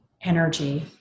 energy